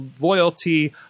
loyalty